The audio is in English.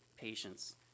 patience